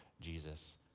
Jesus